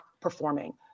performing